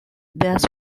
bas